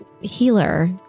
healer